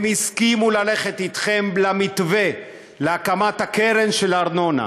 הם הסכימו ללכת אתכם למתווה להקמת הקרן של הארנונה,